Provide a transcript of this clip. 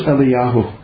Eliyahu